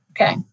Okay